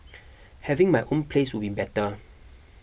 having my own place would be better